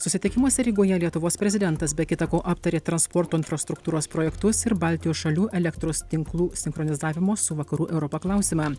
susitikimuose rygoje lietuvos prezidentas be kita ko aptarė transporto infrastruktūros projektus ir baltijos šalių elektros tinklų sinchronizavimo su vakarų europa klausimą